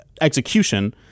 execution